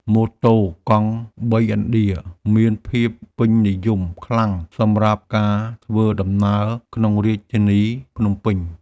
ម៉ូតូកង់បីឥណ្ឌាមានភាពពេញនិយមខ្លាំងសម្រាប់ការធ្វើដំណើរក្នុងរាជធានីភ្នំពេញ។